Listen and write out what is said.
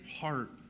heart